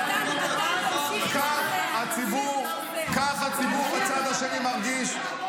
כך הציבור בצד השני מרגיש.